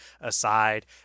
aside